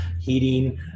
heating